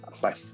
Bye